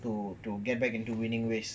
to to get back into winning ways